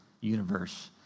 universe